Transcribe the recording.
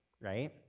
right